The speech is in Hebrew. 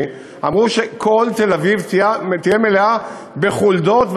אמרו שכל תל-אביב תהיה מלאה בחולדות,